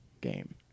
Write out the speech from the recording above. game